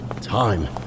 Time